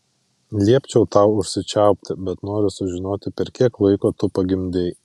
liepčiau tau užsičiaupti bet noriu sužinoti per kiek laiko tu pagimdei